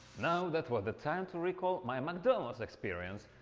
now that was the time to recall my mcdonalds experience.